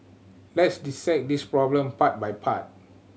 let's dissect this problem part by part